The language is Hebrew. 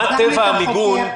מה טבע המיגון?